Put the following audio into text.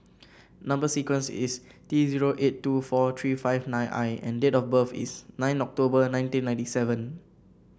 number sequence is T zero eight two four three five nine I and date of birth is nine October nineteen ninety seven